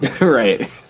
Right